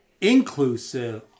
inclusive